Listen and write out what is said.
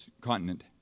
continent